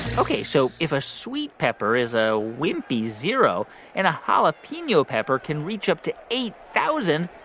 ok, so if a sweet pepper is a wimpy zero and a jalapeno pepper can reach up to eight thousand,